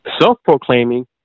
Self-proclaiming